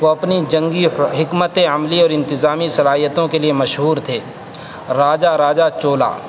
وہ اپنی جنگی حکمت عملی اور انتظامی صلاحیتوں کے لیے مشہور تھے راجہ راجہ چولا